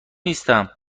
نیستم